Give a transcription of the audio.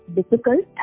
difficult